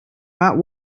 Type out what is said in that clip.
that